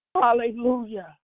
Hallelujah